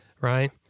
Right